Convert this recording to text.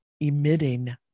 emitting